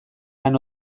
lan